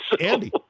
Andy